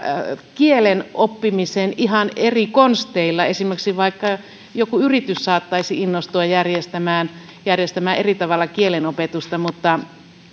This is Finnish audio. kielen oppimisen ihan eri konsteilla esimerkiksi vaikka joku yritys saattaisi innostua järjestämään järjestämään eri tavalla kielen opetusta mutta